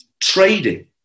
Trading